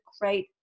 great